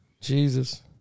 Jesus